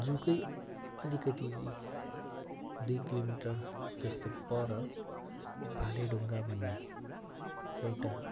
जूको अलिकति दुई किलो मिटर जस्तो पर भालेढुङ्गा भन्ने एउटा